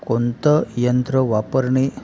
कोणतं यंत्र वापरणे